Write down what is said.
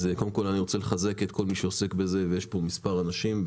אז קודם כל אני רוצה לחזק את כל מי שעוסק בזה ויש כאן מספר אנשים,